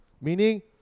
meaning